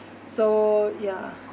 so ya